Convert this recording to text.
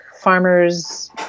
Farmers